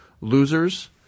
losers